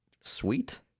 sweet